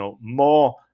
more